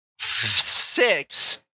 six